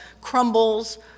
crumbles